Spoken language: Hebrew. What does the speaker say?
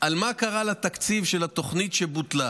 מה קרה לתקציב של התוכנית שבוטלה